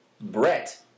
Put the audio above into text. Brett